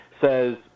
says